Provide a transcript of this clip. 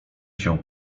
się